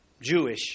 Jewish